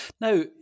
now